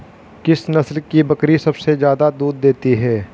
किस नस्ल की बकरी सबसे ज्यादा दूध देती है?